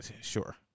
sure